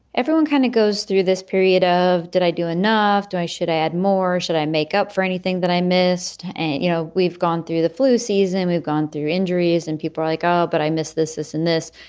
everyone kind of goes through this period of did i do enough to i should add more, should i make up for anything that i missed? and, you know, we've gone through the flu season and we've gone through injuries and people are like, oh, but i missed this, this and this.